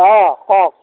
অঁ কওক